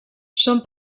són